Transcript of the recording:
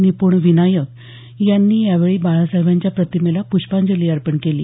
निपूण विनायक यांनी यावेळी बाळासाहेबांच्या प्रतिमेला प्ष्पांजली अर्पण केली